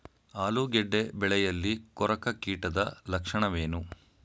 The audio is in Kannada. ಆಲೂಗೆಡ್ಡೆ ಬೆಳೆಯಲ್ಲಿ ಕೊರಕ ಕೀಟದ ಲಕ್ಷಣವೇನು?